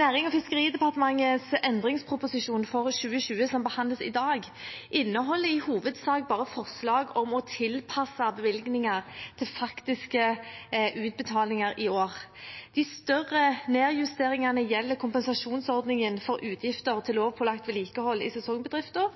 Nærings- og fiskeridepartementets endringsproposisjon for 2020, som behandles i dag, inneholder i hovedsak bare forslag om å tilpasse bevilgninger til faktiske utbetalinger i år. De større nedjusteringene gjelder kompensasjonsordningen for utgifter til lovpålagt vedlikehold i sesongbedrifter